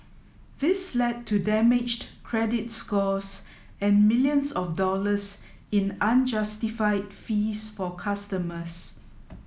this led to damaged credit scores and millions of dollars in unjustified fees for customers